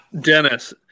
Dennis